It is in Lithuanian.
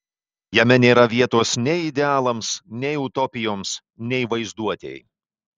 jame nėra vietos nei idealams nei utopijoms nei vaizduotei